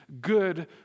good